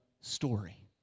story